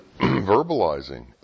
verbalizing